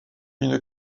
une